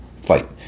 fight